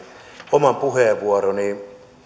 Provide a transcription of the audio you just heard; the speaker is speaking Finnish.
oman puheenvuoroni